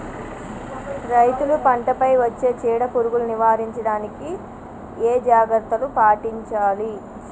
రైతులు పంట పై వచ్చే చీడ పురుగులు నివారించడానికి ఏ జాగ్రత్తలు పాటించాలి?